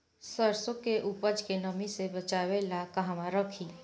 सरसों के उपज के नमी से बचावे ला कहवा रखी?